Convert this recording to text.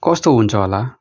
कस्तो हुन्छ होला